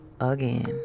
again